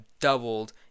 doubled